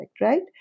right